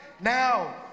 Now